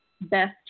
best